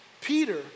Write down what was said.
Peter